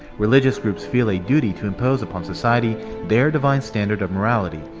religious groups feel a duty to impose upon society their divine standard of morality,